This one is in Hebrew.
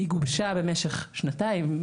היא גובשה במשך שנתיים,